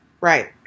Right